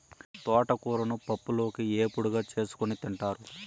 తోటకూరను పప్పులోకి, ఏపుడుగా చేసుకోని తింటారు